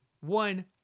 one